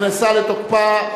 נכנסה לתוקפה,